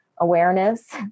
awareness